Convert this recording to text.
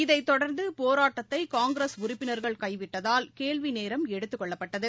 இதைத் தொடர்ந்து போராட்டத்தைகாங்கிரஸ் உறுப்பினர்கள் கைவிட்டதால் கேள்விநேரம் எடுத்துக் கொள்ளப்பட்டது